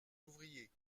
ouvriers